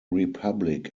republic